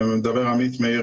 לעומת דלק,